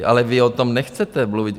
Ale vy o tom nechcete mluvit.